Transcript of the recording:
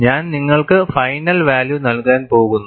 ഞാൻ നിങ്ങൾക്ക് final value നൽകാൻ പോകുന്നു